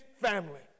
family